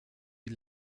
die